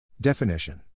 Definition